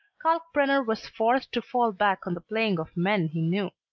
kalkbrenner was forced to fall back on the playing of men he knew.